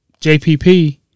JPP